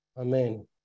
Amen